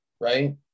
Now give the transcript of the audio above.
right